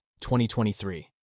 2023